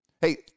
Hey